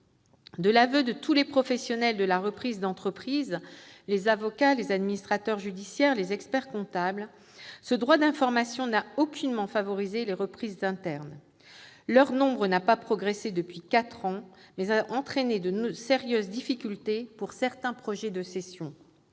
De l'aveu de tous les professionnels de la reprise d'entreprise- avocats, administrateurs judiciaires, experts-comptables -, ce droit à l'information n'a aucunement favorisé les reprises internes- leur nombre n'a pas progressé depuis quatre ans -, mais a entraîné de sérieuses difficultés pour certains projets de cessions